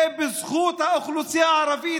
זה בזכות האוכלוסייה הערבית,